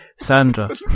Sandra